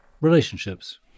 relationships